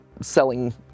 selling